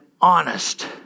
honest